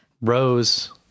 Rose